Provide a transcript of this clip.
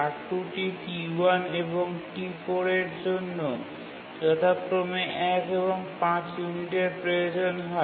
R2 টি T1 এবং T4 এর জন্য যথাক্রমে ১ এবং ৫ ইউনিটের প্রয়োজন হয়